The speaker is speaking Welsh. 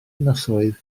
ynysoedd